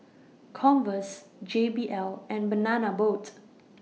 Converse J B L and Banana Boat